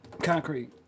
Concrete